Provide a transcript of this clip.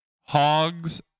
hogs